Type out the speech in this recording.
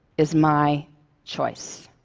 is my choice.